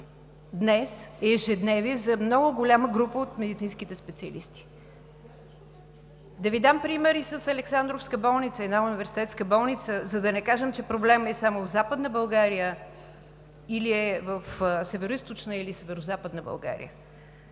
днес е ежедневие за много голяма група от медицинските специалисти. Да Ви дам пример и с Александровска болница – една университетска болница, за да не кажем, че проблемът е само в Западна България или е в Североизточна, или в Северозападна България.